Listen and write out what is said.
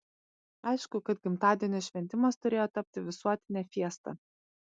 aišku kad gimtadienio šventimas turėjo tapti visuotine fiesta